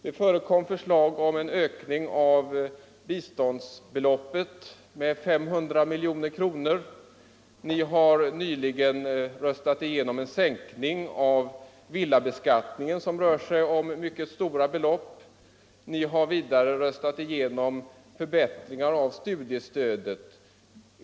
Det förekom förslag om en ökning av biståndsbeloppet med 500 milj.kr. Ni har nyligen röstat igenom en sänkning av villabeskattningen som rör sig om mycket stora belopp. Ni har vidare röstat igenom förbättringar av studiestödet.